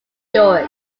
york